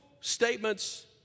statements